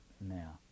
now